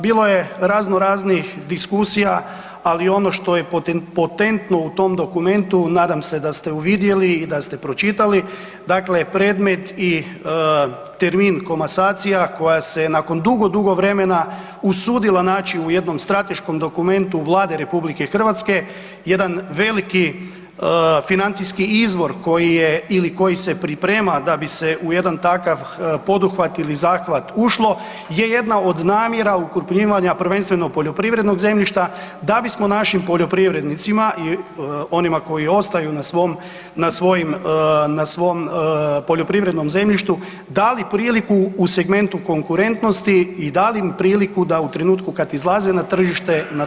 Bilo je razno raznih diskusija, ali ono što je potentno u tom dokumentu nadam ste da ste uvidjeli i da ste pročitali, dakle predmet i termin komasacija koja se je nakon dugo, dugo vremena usudila naći u jednom strateškom dokumentu Vlade RH, jedan veliki financijski izvor koji je ili koji se priprema da bi se u jedan takav poduhvat ili zahvat ušlo, je jedna od namjera oko primanja prvenstveno poljoprivredno zemljišta da bismo našim poljoprivrednicima i onima koji ostaju na svom, na svojim, na svom poljoprivrednom zemljištu dali priliku u segmentu konkurentnosti i dali im priliku da u trenutku kad izlaze na tržište na tom tržištu i prežive.